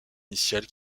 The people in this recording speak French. initiale